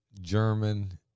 german